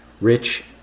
Rich